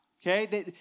Okay